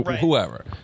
whoever